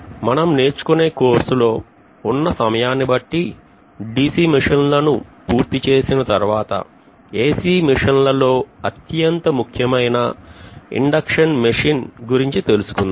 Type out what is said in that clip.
మనం నేర్చుకునే కోర్సులో ఉన్న సమయాన్ని బట్టి DC మిషన్లను పూర్తి చేసిన తర్వాత AC మెషిన్ లలో అత్యంత ముఖ్యమైన ఇండక్షన్ మెషిన్ గురించి తెలుసుకుందాం